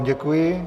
Děkuji.